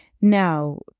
Now